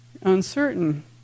Uncertain